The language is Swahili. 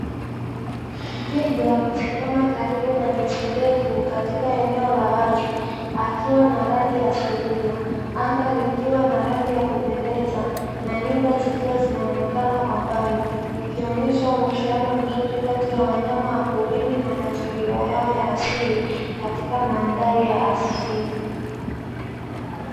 Twiga amesimama karibu na nyasi ndefu, katika eneo la wazi, akiwa na rangi asilia. Anga likiwa na rangi ya kupendeza, na nyumba zikionekana kwa mbali. Ikionyesha uhusiano mzuri kati ya wanyama wa porini na mazingira yao ya asili, katika mandhari ya asili.